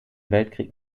weltkrieg